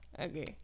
okay